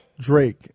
Drake